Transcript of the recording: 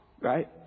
Right